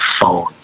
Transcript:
phone